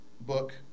book